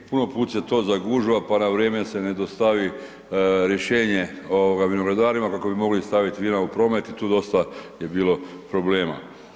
Puno put se to zagužva pa na vrijeme se ne dostavi rješenje vinogradarima kako bi mogli staviti vina u promet i tu dosta je bilo problema.